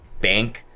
bank